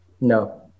no